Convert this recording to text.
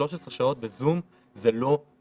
13 שעות בזום זה לא מסגרת.